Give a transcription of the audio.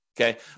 Okay